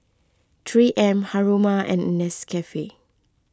three M Haruma and Nescafe